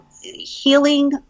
healing